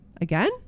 again